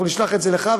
אנחנו נשלח את זה לך,